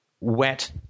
wet